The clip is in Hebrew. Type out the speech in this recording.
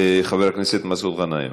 חבר הכנסת מסעוד גנאים,